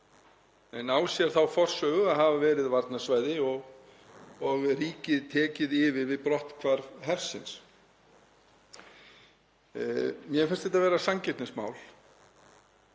en á sér þá forsögu að hafa verið varnarsvæði og ríkið tekið það yfir við brotthvarf hersins. Mér finnst þetta vera sanngirnismál.